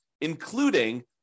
including